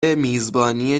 میزبانی